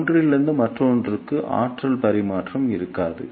எனவே ஒன்றிலிருந்து மற்றொன்றுக்கு ஆற்றல் பரிமாற்றம் இருக்காது